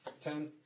Ten